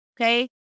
Okay